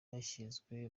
yashyizwe